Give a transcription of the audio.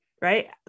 right